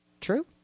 True